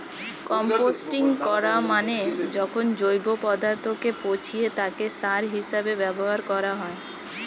composting করা মানে যখন জৈব পদার্থকে পচিয়ে তাকে সার হিসেবে ব্যবহার করা হয়